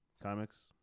comics